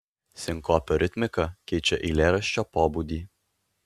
sinkopio ritmika keičia eilėraščio pobūdį